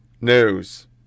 news